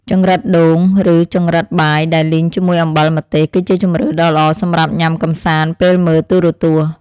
ចង្រិតដូងឬចង្រិតបាយដែលលីងជាមួយអំបិលម្ទេសគឺជាជម្រើសដ៏ល្អសម្រាប់ញ៉ាំកម្សាន្តពេលមើលទូរទស្សន៍។